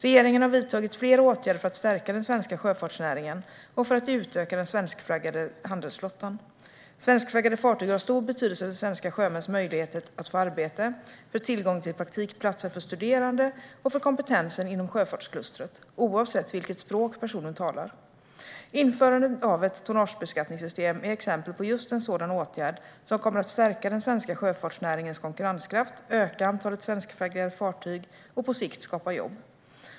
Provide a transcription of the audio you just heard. Regeringen har vidtagit flera åtgärder för att stärka den svenska sjöfartsnäringen och för att utöka den svenskflaggade handelsflottan. Svenskflaggade fartyg har stor betydelse för svenska sjömäns möjligheter att få arbete, för tillgången till praktikplatser för studerande och för kompetensen inom sjöfartsklustret, oavsett vilket språk personerna talar. Införandet av ett tonnagebeskattningssystem är exempel på just en sådan åtgärd som kommer att stärka den svenska sjöfartsnäringens konkurrenskraft, öka antalet svenskflaggade fartyg och på sikt skapa jobb.